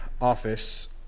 office